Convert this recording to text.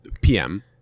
PM